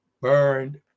burned